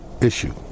issue